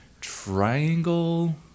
Triangle